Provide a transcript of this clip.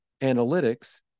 analytics